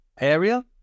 area